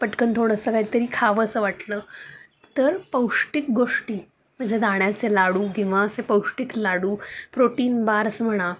पटकन थोडंसं काहीतरी खावंसं वाटलं तर पौष्टिक गोष्टी म्हणजे दाण्याचे लाडू किंवा असे पौष्टिक लाडू प्रोटीन बार्स म्हणा